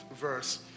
verse